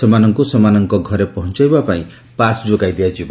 ସେମାନଙ୍କୁ ସେମାନଙ୍କର ଘରେ ପହଞ୍ଚବା ପାଇଁ ପାସ୍ ଯୋଗାଇ ଦିଆଯିବ